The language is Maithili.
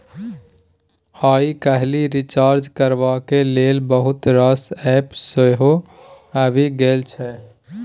आइ काल्हि रिचार्ज करबाक लेल बहुत रास एप्प सेहो आबि गेल छै